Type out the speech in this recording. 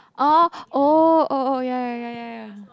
oh oh oh oh ya ya ya ya ya